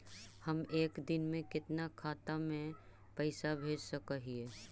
हम एक दिन में कितना खाता में पैसा भेज सक हिय?